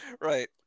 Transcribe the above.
Right